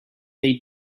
they